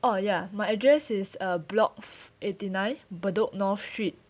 oh ya my address is uh block eighty nine bedok north street